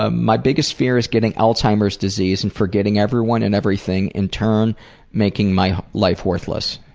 ah my biggest fear is getting alzheimer's disease and forgetting everyone and everything in turn making my life worthless.